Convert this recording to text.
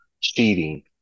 cheating